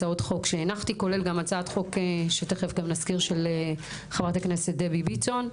הצעות חוק שהנחתי כולל גם הצעת חוק של חברת הכנסת דבי ביטון.